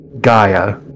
Gaia